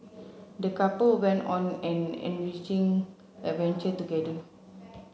the couple went on an enriching adventure together